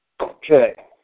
Okay